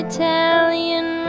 Italian